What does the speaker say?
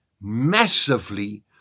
massively